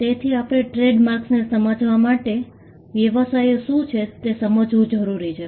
તેથી આપણે ટ્રેડમાર્ક્સને સમજવા માટે વ્યવસાયો શું છે તે સમજવું જરૂરી છે